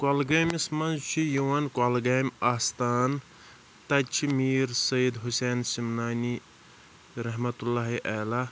کۄلگٲمِس منٛز چھِ یِوان کۄلگامہِ آستان تَتہِ چھِ میٖر سید حُسین سِمنانی رحمتُ اللہِ علیہ